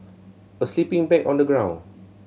a sleeping bag on the ground